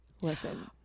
Listen